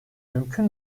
mümkün